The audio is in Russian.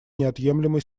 неотъемлемой